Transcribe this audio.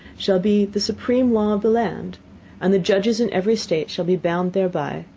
shall be the supreme law of the land and the judges in every state shall be bound thereby,